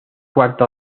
cuarta